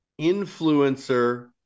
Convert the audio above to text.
influencer